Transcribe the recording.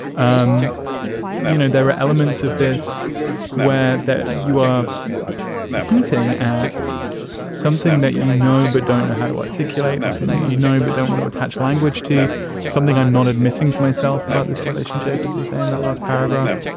um you know, there are elements of this where you are hinting at something that you know, but don't know how to articulate or something, you know, but don't want to attach language to something. i'm not admitting to myself about this relationship, as you say in the last paragraph.